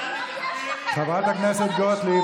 חברת הכנסת גוטליב,